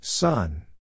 Sun